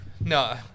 No